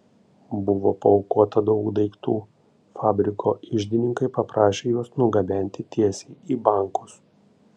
buvo paaukota daug daiktų fabriko iždininkai paprašė juos nugabenti tiesiai į bankus